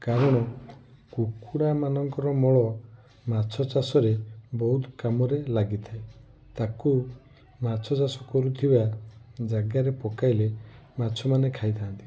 କାରଣ କୁକୁଡ଼ାମାନଙ୍କର ମଳ ମାଛ ଚାଷରେ ବହୁତ କାମରେ ଲାଗିଥାଏ ତାକୁ ମାଛ ଚାଷ କରୁଥିବା ଜାଗାରେ ପକାଇଲେ ମାଛମାନେ ଖାଇଥାନ୍ତି